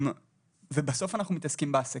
ובסוף אנחנו מתעסקים בעסקים.